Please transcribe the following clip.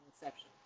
exception